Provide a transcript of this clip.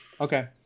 Okay